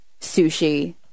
sushi